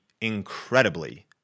incredibly